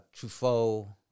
Truffaut